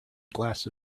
glass